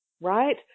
right